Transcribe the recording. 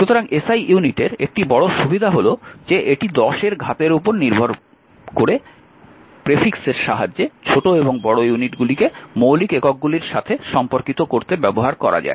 সুতরাং SI ইউনিটের একটি বড় সুবিধা হল যে এটি 10 এর ঘাতের উপর ভিত্তি করে প্রেফিক্স এর সাহায্যে ছোট এবং বড় ইউনিটগুলিকে মৌলিক এককগুলির সাথে সম্পর্কিত করতে ব্যবহার করা যায়